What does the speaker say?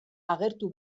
agertu